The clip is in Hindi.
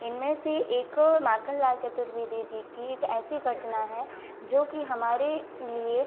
इन में से एक माखनलाल चतुर्वेदी जी की एक ऐसी घटना है जो कि हमारे लिए